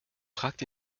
fragt